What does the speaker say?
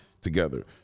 together